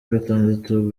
gatandatu